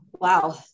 Wow